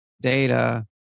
data